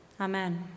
Amen